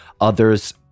Others